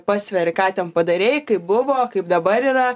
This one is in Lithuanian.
pasveri ką ten padarei kaip buvo kaip dabar yra